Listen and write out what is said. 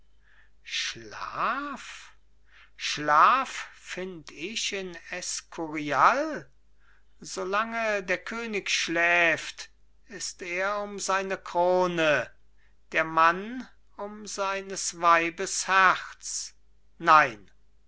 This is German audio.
schlaf schlaf find ich in eskurial solange der könig schläft ist er um seine krone der mann um seines weibes herz nein